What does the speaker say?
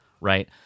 right